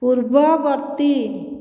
ପୂର୍ବବର୍ତ୍ତୀ